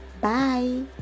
Bye